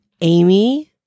Amy